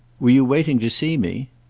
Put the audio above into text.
were you waiting to see me?